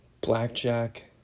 Blackjack